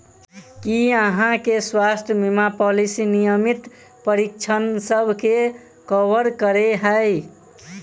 की अहाँ केँ स्वास्थ्य बीमा पॉलिसी नियमित परीक्षणसभ केँ कवर करे है?